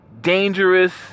dangerous